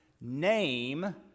name